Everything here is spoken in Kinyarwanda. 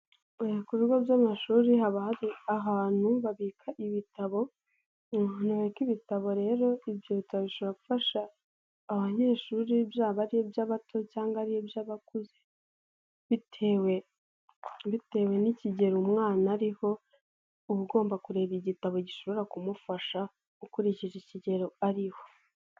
Ku bigo by'amashuri haba hari abantu babika ibitabo, abantu babika ibitabo rero, ibyotabo bishobora gufasha abanyeshuri byaba ari iby'abato cyangwa ari iby'abakuze bitewe, bitewe n'ikigero umwana ariho uba ugomba kureba igitabo gishobora kumufasha ukurikije ikigero ariho.